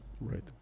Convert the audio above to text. Right